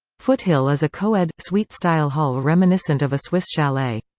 foothill is a co-ed, suite-style hall reminiscent of a swiss chalet.